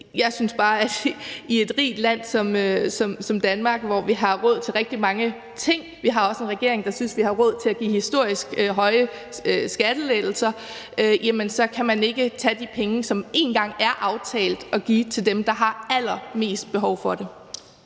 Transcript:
Jeg synes bare, at i et rigt land som Danmark, hvor vi har råd til rigtig mange ting – vi har også en regering, der synes, vi har råd til at give historisk høje skattelettelser – kan man ikke tage de penge, som en gang er aftalt skal gives til dem, der har allermest behov for det.